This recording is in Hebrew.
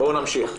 בואו נמשיך.